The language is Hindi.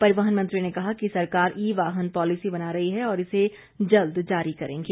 परिवहन मंत्री ने कहा कि सरकार ई वाहन पालिसी बना रही है और इसे जल्द जारी करेंगे